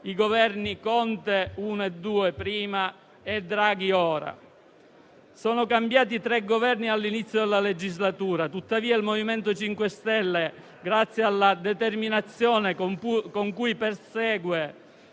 i Governi Conte I e II prima, e Draghi ora. Sono cambiati tre Governi dall'inizio della legislatura e tuttavia il MoVimento 5 Stelle, grazie alla determinazione con cui persegue